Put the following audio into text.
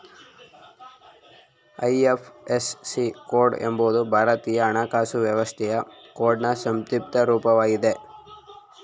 IFSC code ಎಂಬುದು ಭಾರತೀಯ ಹಣಕಾಸು ವ್ಯವಸ್ಥೆಯ ಕೋಡ್ನ್ ಸಂಕ್ಷಿಪ್ತ ರೂಪವಾಗಿದೆ